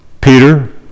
Peter